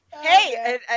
Hey